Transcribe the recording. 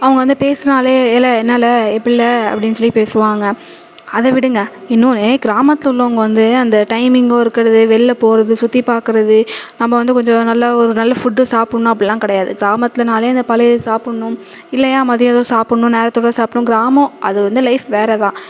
அவங்கள் வந்து பேசினாலே ஏலே என்னலே எப்பிட்லே அப்படின்னு சொல்லி பேசுவாங்க அதை விடுங்க இன்னொன்று கிராமத்தில் உள்ளவங்கள் வந்து அந்த டைமிங்கோ இருக்கிறது வெளியில் போவது சுற்றி பார்க்குறது நம்ம வந்து கொஞ்சம் நல்ல ஒரு நல்ல ஃபுட்டு சாப்புடணும் அப்பிடிலாம் கிடையாது கிராமத்திலனாலே அந்த பழைய சாப்புடணும் இல்லையா மதியம் ஏதோ சாப்புடணும் நேரத்தோடு சாப்புடணும் கிராமம் அது வந்து லைஃப் வேறு தான்